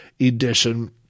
Edition